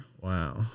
wow